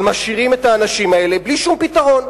אבל משאירים את האנשים האלה בלי שום פתרון.